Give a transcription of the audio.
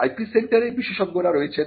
IP সেন্টারে বিশেষজ্ঞরা রয়েছেন